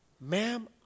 Ma'am